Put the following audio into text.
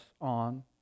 on